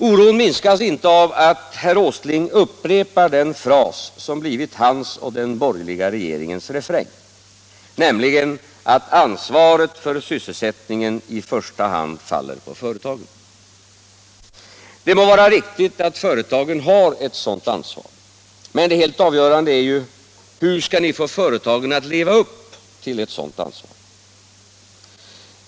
Oron minskas inte av att herr Åsling upprepar den fras, som blivit hans och den borgerliga regeringens refräng, nämligen att ansvaret för sysselsättningen i första hand faller på företagen. Det må vara riktigt att företagen har ett sådant ansvar. Men det helt avgörande är ju — hur skall ni få företagen att leva upp till ett sådant ansvar?